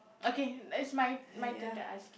okay it's my my turn to ask you